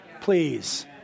please